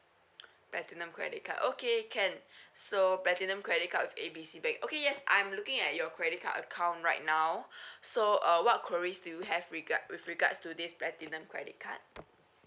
platinum credit card okay can so platinum credit card with A B C bank okay yes I'm looking at your credit card account right now so uh what queries do you have regard with regards to this platinum credit card